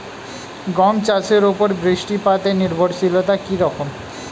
গম চাষের উপর বৃষ্টিপাতে নির্ভরশীলতা কী রকম?